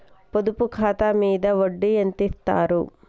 పొదుపు ఖాతా మీద వడ్డీ ఎంతిస్తరు?